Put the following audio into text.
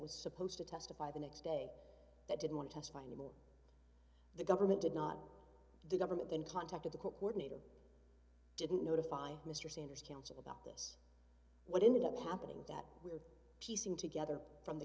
was supposed to testify the next day that didn't want to testify and the government did not the government then contacted the coordinator didn't notify mr sanders counsel what ended up happening that we're piecing together from the